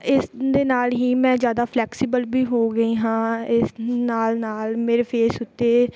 ਇਸ ਦੇ ਨਾਲ ਹੀ ਮੈਂ ਜ਼ਿਆਦਾ ਫਲੈਕਸੀਬਲ ਵੀ ਹੋ ਗਈ ਹਾਂ ਇਸ ਨਾਲ ਨਾਲ ਮੇਰੇ ਫੇਸ ਉੱਤੇ